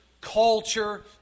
culture